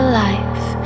life